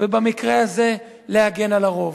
ובמקרה הזה להגן על הרוב.